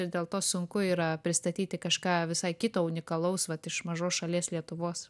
ir dėl to sunku yra pristatyti kažką visai kito unikalaus vat iš mažos šalies lietuvos